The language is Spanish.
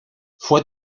fue